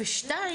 ושתיים,